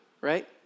right